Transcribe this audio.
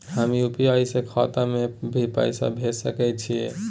हम यु.पी.आई से खाता में भी पैसा भेज सके छियै?